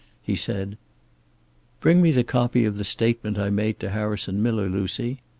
he said bring me the copy of the statement i made to harrison miller, lucy.